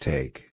Take